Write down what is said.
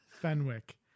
Fenwick